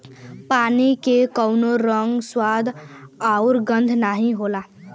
पानी के कउनो रंग, स्वाद आउर गंध नाहीं होला